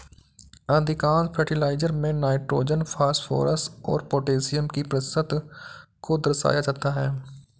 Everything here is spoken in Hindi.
अधिकांश फर्टिलाइजर में नाइट्रोजन, फॉस्फोरस और पौटेशियम के प्रतिशत को दर्शाया जाता है